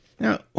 Now